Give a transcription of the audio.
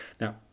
Now